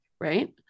right